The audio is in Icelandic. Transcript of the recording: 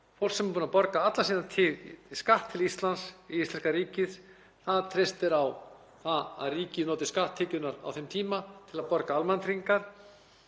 Fólk sem er búið að borga alla sína tíð skatt til Íslands, til íslenska ríkisins, treystir á það að ríkið noti skatttekjurnar á þeim tíma til að borga almannatryggingar.